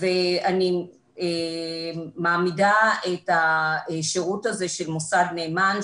ואני מעמידה את השירות הזה של מוסד נאמן,